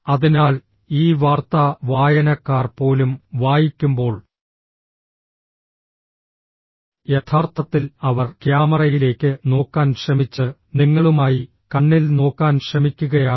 അതിനാൽ ഈ വാർത്താ വായനക്കാർ പോലും വായിക്കുമ്പോൾ യഥാർത്ഥത്തിൽ അവർ ക്യാമറയിലേക്ക് നോക്കാൻ ശ്രമിച്ച് നിങ്ങളുമായി കണ്ണിൽ നോക്കാൻ ശ്രമിക്കുകയാണ്